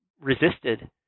resisted